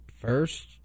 first